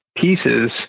pieces